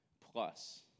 plus